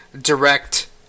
direct